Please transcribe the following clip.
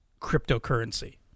cryptocurrency